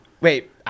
Wait